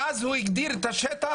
ואז הוא הגדיר את השטח,